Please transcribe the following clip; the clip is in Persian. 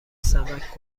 سمعک